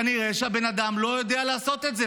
כנראה שהבן אדם לא יודע לעשות את זה.